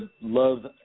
love